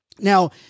Now